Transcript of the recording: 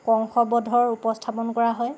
কংস বধৰ উপস্থাপন কৰা হয়